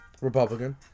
Republican